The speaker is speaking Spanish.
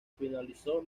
finalizó